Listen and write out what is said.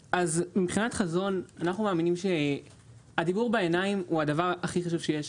מבחינת חזון אנחנו מאמינים שהדיבור בעיניים הוא הדבר הכי חשוב שיש.